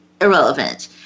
irrelevant